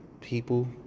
people